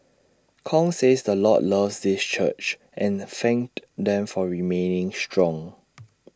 Kong says the Lord loves this church and thanked them for remaining strong